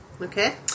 Okay